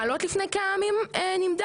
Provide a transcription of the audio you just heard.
20- מעלות לפני כמה ימים נמדד,